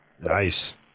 Nice